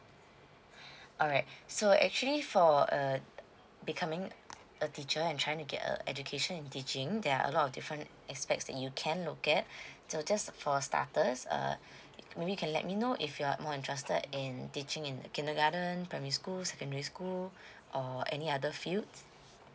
alright so actually for err becoming a teacher and trying to get a education in teaching there are a lot of different aspects that you can look at so just for starters err maybe can let me know if you are more interested in teaching in the kindergarten primary school secondary school or any other fields